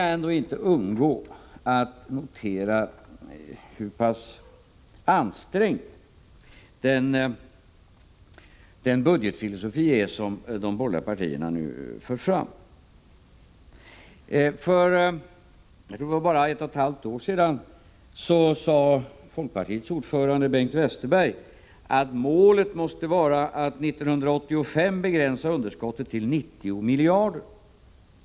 Sedan kan jag inte undgå att notera hur pass ansträngd den budgetfilosofi är som de borgerliga partierna nu för fram. Jag tror att det bara var ett och ett halvt år sedan som folkpartiets ordförande Bengt Westerberg sade att målet måste vara att 1985 begränsa underskottet till 90 miljarder.